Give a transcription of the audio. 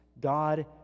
God